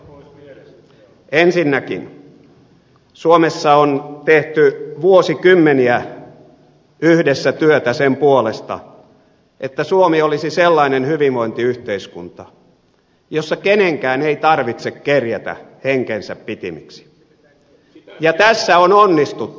ensinnäkin suomessa on tehty vuosikymmeniä yhdessä työtä sen puolesta että suomi olisi sellainen hyvinvointiyhteiskunta jossa kenenkään ei tarvitse kerjätä henkensä pitimiksi ja tässä on onnistuttu